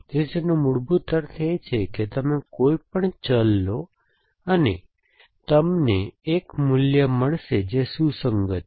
તેથી તેનો મૂળભૂત અર્થ એ છે કે તમે કોઈપણ ચલ લો અને તમને એક મૂલ્ય મળશે જે સુસંગત છે